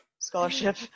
scholarship